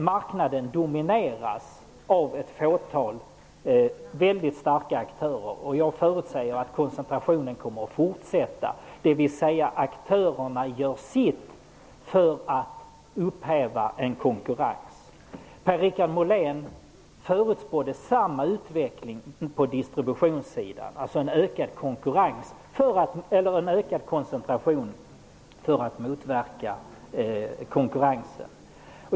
Marknaden domineras av ett fåtal mycket starka aktörer, och jag förutsäger att koncentrationen kommer att fortsätta. Aktörerna gör sitt för att upphäva konkurrens. Per-Richard Molén förutspådde samma utveckling på distributionssidan, alltså en ökad koncentration för att motverka konkurrensen.